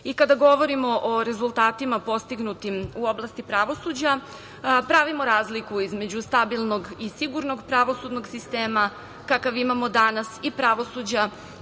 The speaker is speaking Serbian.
put. Kada govorimo o rezultatima postignutim u oblasti pravosuđa, pravimo razliku između stabilnog i sigurnog pravosudnog sistema kakav imamo danas i pravosuđa